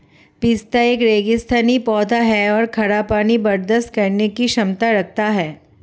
पिस्ता एक रेगिस्तानी पौधा है और खारा पानी बर्दाश्त करने की क्षमता रखता है